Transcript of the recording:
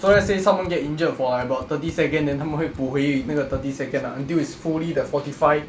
so let's say someone get injured for like about thirty second then 他们会补回那个 thirty second ah until it's fully the forty five